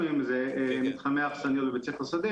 אם זה מתחמי אכסניות בבית ספר "שדה",